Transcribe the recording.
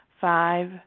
Five